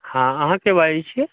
हँ अहाँ के बाजैत छियै